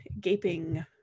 gaping